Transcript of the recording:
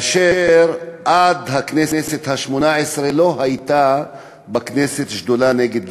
עד הכנסת השמונה-עשרה לא הייתה בכנסת שדולה נגד גזענות.